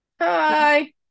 Hi